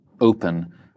open